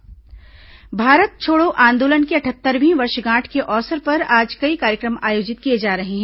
भारत छोड़ो आंदोलन भारत छोड़ो आंदोलन की अटहत्तरवीं वर्षगांठ के अवसर पर आज कई कार्यक्रम आयोजित किए जा रहे हैं